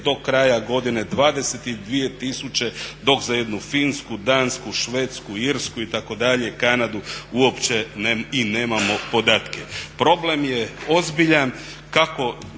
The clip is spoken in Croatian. do kraja godine 22 000, dok za jednu Finsku, Dansku, Švedsku, Irsku, Kanadu itd. uopće i nemamo podatke. Problem je ozbiljan,